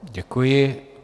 Děkuji.